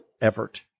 effort